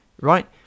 right